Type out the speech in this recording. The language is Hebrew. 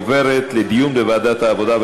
לוועדת העבודה,